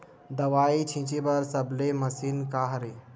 दवाई छिंचे बर सबले मशीन का हरे?